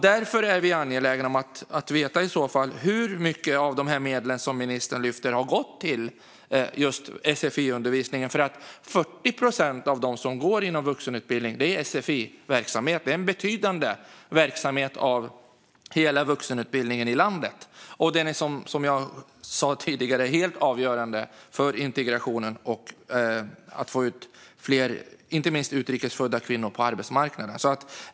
Därför är vi angelägna om att veta hur mycket av de medel som ministern lyfter fram som har gått just sfi-undervisningen. Det är 40 procent som dem som går i vuxenutbildningen som deltar i sfi-verksamhet. Det är en betydande verksamhet i hela vuxenutbildningen i landet. Som jag sa tidigare är den helt avgörande för integrationen och inte minst för att få ut fler utrikesfödda kvinnor på arbetsmarknaden.